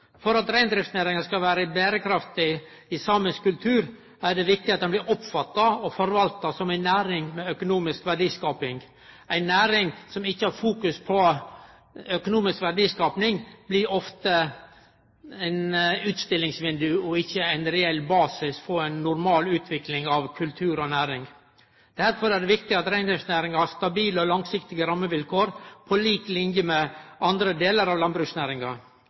For at reindriftsnæringa skal vere berekraftig i samisk kultur, er det viktig at ho blir oppfatta og forvalta som ei næring med økonomisk verdiskaping. Ei næring som ikkje har fokus på økonomisk verdiskaping, blir ofte eit utstillingsvindauge og ikkje ein reell basis for ei normal utvikling av kultur og næring. Derfor er det viktig at reindriftsnæringa har stabile og langsiktige rammevilkår på lik linje med andre delar av landbruksnæringa.